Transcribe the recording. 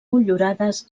motllurades